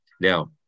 Now